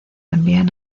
envían